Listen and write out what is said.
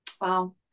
wow